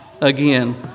again